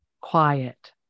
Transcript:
Quiet